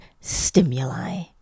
stimuli